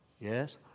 Yes